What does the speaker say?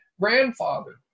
grandfather